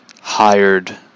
hired